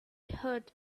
heard